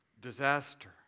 disaster